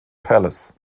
palace